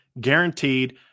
guaranteed